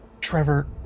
Trevor